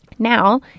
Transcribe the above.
Now